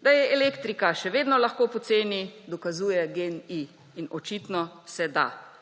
Da je elektrika še vedno lahko poceni, dokazuje GEN-I in očitno se da.